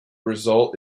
result